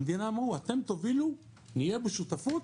המדינה אמרה "אתם תובילו, נהיה בשותפות"